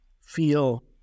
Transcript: feel